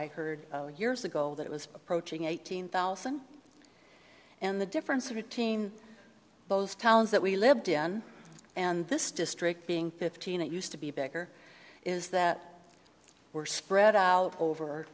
i heard years ago that it was approaching eighteen thousand and the difference between those towns that we lived in and this district being fifteen it used to be bigger is that we're spread out over